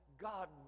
god